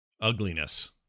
ugliness